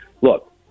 look